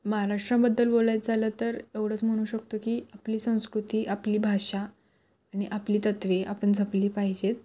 महाराष्ट्राबद्दल बोलायचं झालं तर एवढंच म्हणू शकतो की आपली संस्कृती आपली भाषा आणि आपली तत्त्वे आपण जपली पाहिजेत